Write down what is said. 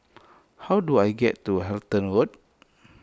how do I get to Halton Road